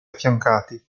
affiancati